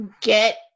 get